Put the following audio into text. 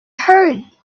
hurry